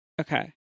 Okay